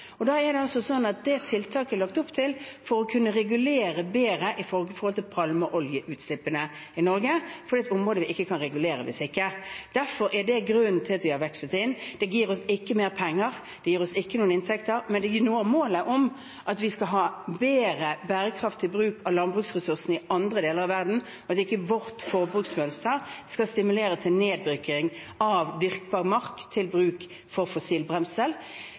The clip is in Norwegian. det tiltaket for at vi skal kunne regulere bedre med tanke på palmeoljeutslippene i Norge, for det er et område vi ikke kan regulere ellers. Derfor er det grunnen til at vi har vekslet inn. Det gir oss ikke mer penger, det gir oss ikke noen inntekter, men det gjør at vi når målet om at vi skal ha bedre og mer bærekraftig bruk av landbruksressursene i andre deler av verden, og at ikke vårt forbruksmønster skal stimulere til nedbygging av dyrkbar mark til bruk for fossil